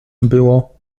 było